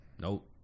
Nope